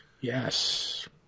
Yes